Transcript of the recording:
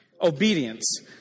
Obedience